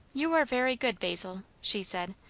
you are very good, basil! she said.